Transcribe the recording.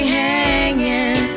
hanging